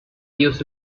ellos